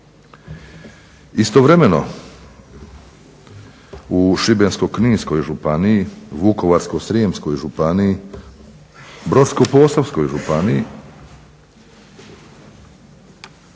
Istovremeno u Šibensko-kninskoj županiji, Vukovarsko-srijemskoj županiji, Brodsko-posavskoj županiji